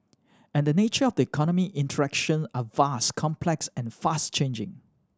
and the nature of the economy interaction are vast complex and fast changing